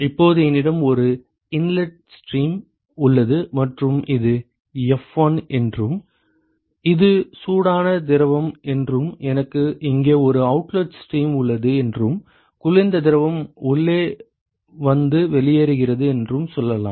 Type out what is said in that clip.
இப்போது என்னிடம் ஒரு இன்லெட் ஸ்ட்ரீம் உள்ளது மற்றும் இது f1 என்றும் இது சூடான திரவம் என்றும் எனக்கு இங்கே ஒரு அவுட்லெட் ஸ்ட்ரீம் உள்ளது என்றும் குளிர்ந்த திரவம் உள்ளே வந்து வெளியேறுகிறது என்றும் சொல்லலாம்